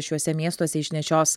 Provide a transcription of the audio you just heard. šiuose miestuose išnešios